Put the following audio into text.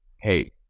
hey